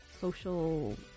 social